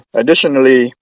Additionally